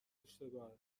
اشتباهه